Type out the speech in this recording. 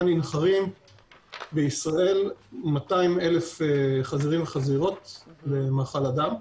נמכרים בישראל 200,000 חזירים וחזירות למאכל אדם.